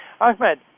Ahmed